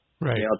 Right